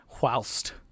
whilst